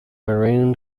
maroon